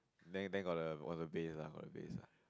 then then got the got the base ah got the base ah